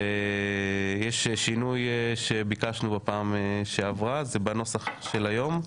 ויש שינוי שביקשנו בפעם שעברה זה בנוסח של היום?